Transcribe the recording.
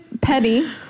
Petty